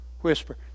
whisper